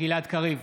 גלעד קריב,